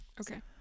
okay